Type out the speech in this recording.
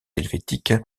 helvétique